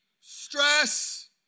stress